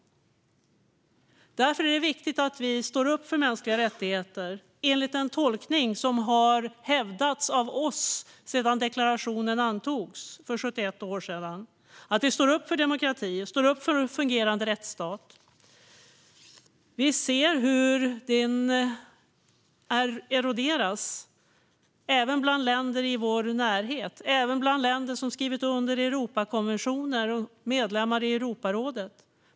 Därför är det viktigt att vi står upp för mänskliga rättigheter enligt den tolkning som har hävdats av oss sedan deklarationen antogs för 71 år sedan och står upp för demokrati och en fungerande rättsstat. Vi ser hur det eroderas även bland länder i vår närhet och även bland länder som har skrivit under Europakonventionen och är medlemmar i Europarådet.